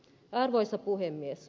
arvoisa puhemies